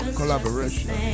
collaboration